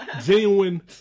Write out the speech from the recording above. genuine